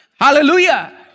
Hallelujah